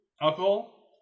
alcohol